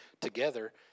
together